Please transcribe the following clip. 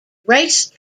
race